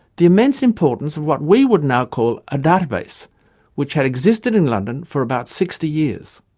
the immense importance of what we would now call a data-base which had existed in london for about sixty years.